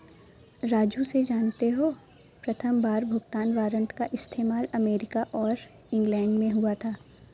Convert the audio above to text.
राजू से जानते हो प्रथमबार भुगतान वारंट का इस्तेमाल अमेरिका और इंग्लैंड में हुआ था